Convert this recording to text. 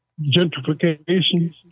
gentrification